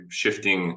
shifting